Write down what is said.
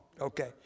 okay